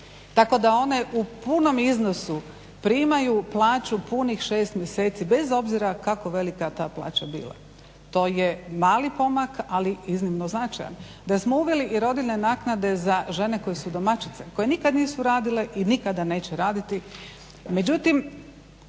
Tako da one u punom iznosu primaju plaću punih šest mjeseci bez obzira kako velika ta plaća bila. To je mali pomak, ali iznimno značajan. Da smo uveli i rodiljne naknade za žene koje su domaćice, koje nikad nisu radile i nikada neće raditi.